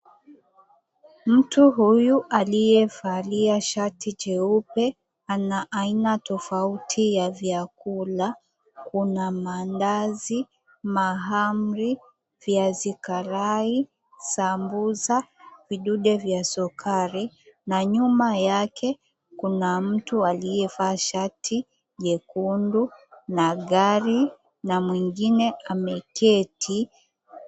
Mtu huyu aliyevalia shati cheupe ana aina tofauti ya vyakula kuna mandazi, mahamri, viazi karai, sambusa, vidude vya sukari na nyuma yake kuna mtu aliyevaa shati jekundu na gari na mwingine ameketi.